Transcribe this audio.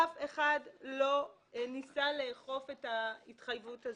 אף אחד לא ניסה לאכוף את ההתחייבות הזאת.